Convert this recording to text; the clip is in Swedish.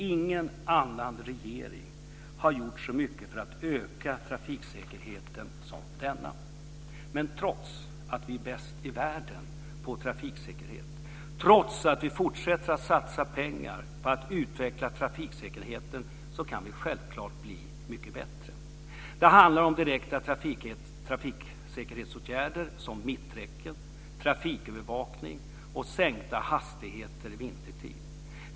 Ingen annan regering har gjort så mycket för att öka trafiksäkerheten som denna. Men trots att vi är bäst i världen på trafiksäkerhet, trots att vi fortsätter att satsa pengar på att utveckla trafiksäkerheten kan vi självklart bli mycket bättre. Det handlar om direkta trafiksäkerhetsåtgärder som mitträcken, trafikövervakning och sänkta hastigheter vintertid.